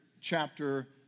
chapter